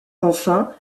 enfin